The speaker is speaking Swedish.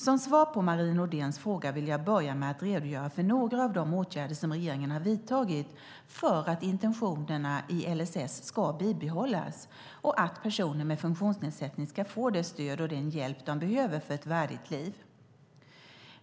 Som svar på Marie Nordéns fråga vill jag börja med att redogöra för några av de åtgärder som regeringen har vidtagit för att intentionerna i LSS ska bibehållas och att personer med funktionsnedsättning ska få det stöd och den hjälp de behöver för ett värdigt liv.